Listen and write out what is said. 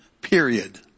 period